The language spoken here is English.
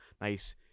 nice